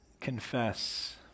confess